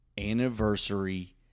anniversary